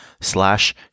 slash